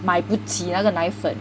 买不起那个奶粉